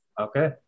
Okay